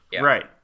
Right